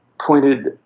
pointed